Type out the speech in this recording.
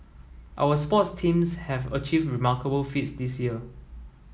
our sports teams have achieved remarkable feats this year